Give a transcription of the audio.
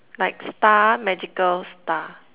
like star magical star